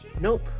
nope